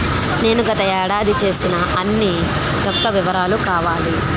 నేను గత ఏడాది చేసిన అన్ని యెక్క వివరాలు కావాలి?